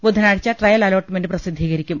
ബുധനാഴ്ച trial allotment പ്രസിദ്ധീകരിക്കും